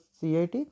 CIT